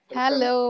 Hello